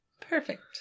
Perfect